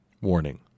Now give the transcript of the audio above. Warning